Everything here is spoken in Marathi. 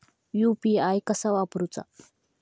यू.पी.आय कसा वापरूचा?